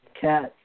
cats